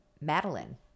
Madeline